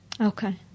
Okay